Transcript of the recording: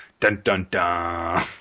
Dun-dun-dun